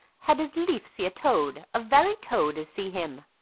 had as lief see a toad, a very toad, as see him.